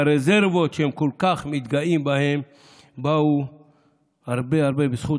והרזרבות שהם כל כך מתגאים בהן באו הרבה הרבה בזכות